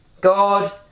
God